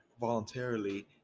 voluntarily